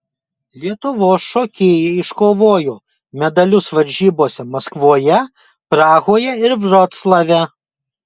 lietuvos šokėjai iškovojo medalius varžybose maskvoje prahoje ir vroclave